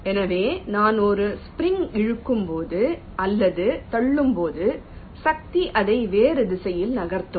எனவே நான் ஒரு ஸ்ப்ரிங் இழுக்கும்போதோ அல்லது தள்ளும்போதோ சக்திஅதை வேறு திசையில் நகர்த்தும்